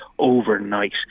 overnight